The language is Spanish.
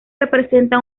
representa